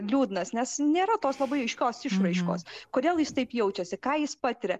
liūdnas nes nėra tos labai aiškios išraiškos kodėl jis taip jaučiasi ką jis patiria